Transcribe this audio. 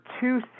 two